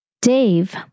Dave